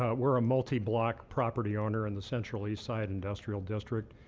ah we're a multi-block property owner in the central east side industrial district.